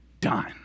done